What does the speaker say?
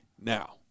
now